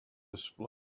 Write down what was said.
display